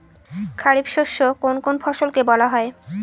খারিফ শস্য কোন কোন ফসলকে বলা হয়?